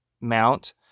mount